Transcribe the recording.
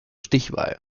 stichwahl